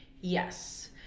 yes